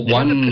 one